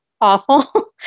awful